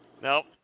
Nope